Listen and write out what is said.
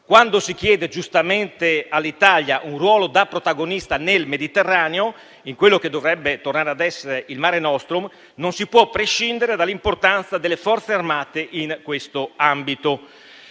Quando si chiede giustamente all'Italia un ruolo da protagonista nel Mediterraneo, in quello che dovrebbe tornare a essere il Mare nostrum, non si può prescindere dall'importanza delle Forze armate in questo ambito: